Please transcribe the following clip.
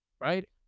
right